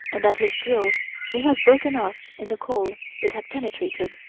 and that his drill may have broken off in the coal it had penetrated.